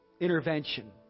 Intervention